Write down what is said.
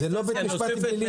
זה לא בית משפט פלילי.